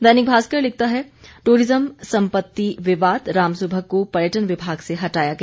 दैनिक भास्कर लिखता है टूरिज्म संपत्ति विवाद रामसुभग को पर्यटन विभाग से हटाया गया